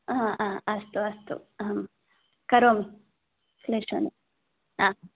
हा हा अस्तु अस्तु अहं करोमि निश्चयेन हा